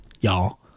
Y'all